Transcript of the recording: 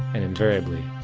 and invariably,